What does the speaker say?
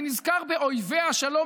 אני נזכר ב"אויבי השלום",